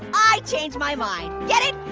i changed my mind. get it?